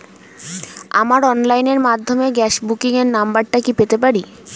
আমার অনলাইনের মাধ্যমে গ্যাস বুকিং এর নাম্বারটা কি পেতে পারি?